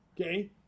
okay